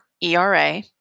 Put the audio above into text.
ERA